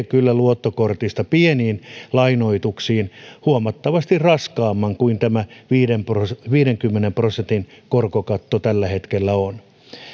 kyllä luottokortista pieniin lainoituksiin huomattavasti raskaamman kuin tämä viidenkymmenen prosentin korkokatto tällä hetkellä on